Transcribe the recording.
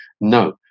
No